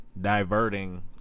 diverting